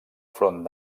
front